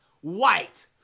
White